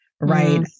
right